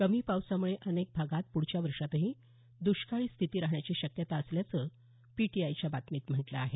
कमी पावसामुळे अनेक भागात पुढच्या वर्षातही द्रष्काळी स्थिती राहण्याची शक्यता असल्याचं पीटीआयच्या बातमीत म्हटलं आहे